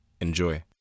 Enjoy